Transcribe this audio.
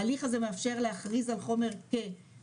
ההליך הזה מאפשר להכריז על חומר כאסור